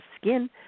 skin